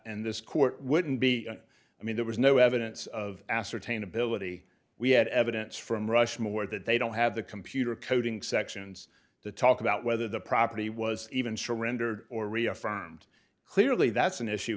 and this court wouldn't be i mean there was no evidence of ascertain ability we had evidence from rushmore that they don't have the computer coding sections to talk about whether the property was even sure rendered or reaffirmed clearly that's an issue